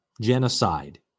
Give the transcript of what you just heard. Genocide